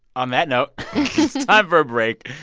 on that note. it's it's time for a break.